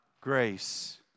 grace